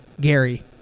Gary